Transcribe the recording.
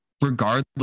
regardless